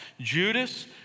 Judas